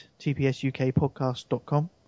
tpsukpodcast.com